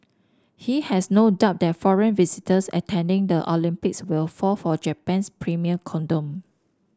he has no doubt that foreign visitors attending the Olympics will fall for Japan's premium condom